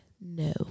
no